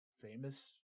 famous